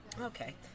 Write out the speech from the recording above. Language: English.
Okay